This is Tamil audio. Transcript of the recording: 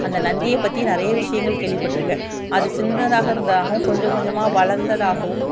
அந்த நந்தியை பற்றி நிறைய விஷயங்கள் கேள்விப்பட் இருக்கேன் அது சின்னதாக இருந்ததாகவும் கொஞ்ச கொஞ்சமாக வளர்ந்ததாகவும்